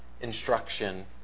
instruction